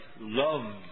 Love